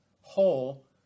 whole